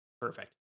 Perfect